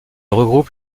regroupe